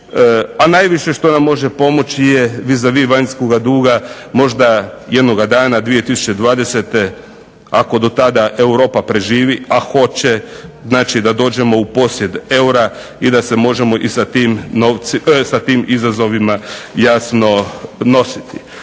a najviše što nam može pomoći vis a vis vanjskoga duga možda jednoga dana 2020. ako do sada Europa preživi, a hoće, da dođemo u posjed eura i da se možemo sa tim izazovima jasno nositi.